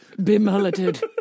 Bemulleted